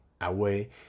away